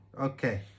okay